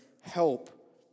help